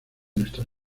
nuestra